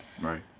right